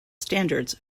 standards